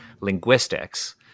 linguistics